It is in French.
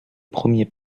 premier